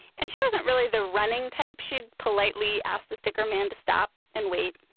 and she wasn't really the running type. she'd politely ask the sticker man to stop and wait.